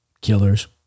killers